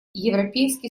европейский